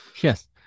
Yes